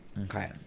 Okay